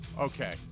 okay